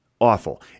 awful